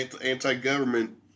anti-government